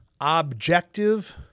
objective